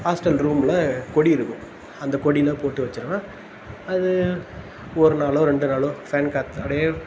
hostel ரூமில் கொடி இருக்கும் அந்த கொடியில் போட்டு வெச்சுருவேன் அது ஒரு நாளோ ரெண்டு நாளோ ஃபேன் காற்று அப்படியே